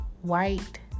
white